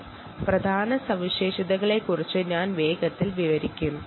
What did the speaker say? ഇതിന്റെ പ്രധാന സവിശേഷതകളെക്കുറിച്ച് അറിയാൻ നിങ്ങൾക്ക് ഗൂഗിൾ ചെയ്തു നോക്കാം